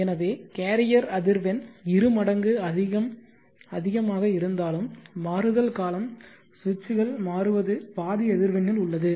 எனவே கேரியர் அதிர்வெண் இரு மடங்கு அதிகமாக இருந்தாலும் மாறுதல் காலம் சுவிட்சுகள் மாறுவது பாதி அதிர்வெண்ணில் உள்ளது